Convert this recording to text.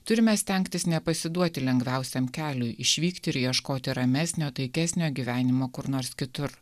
turime stengtis nepasiduoti lengviausiam keliui išvykti ir ieškoti ramesnio taikesnio gyvenimo kur nors kitur